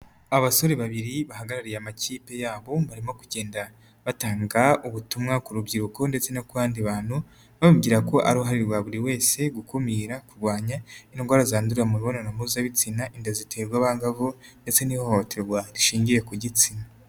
Abasore babiri bahagarariye amakipe yabo barimo kugenda batanga ubutumwa ku rubyiruko ndetse no ku bandi bantu bababwira ko uruhare rwa buri wese gukumira, kurwanya, indwara zandurira mu mibonano mpuzabitsina, inda ziterwa abangavu ndetse n'ihohoterwa rishingiye ku gitsina.